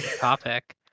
topic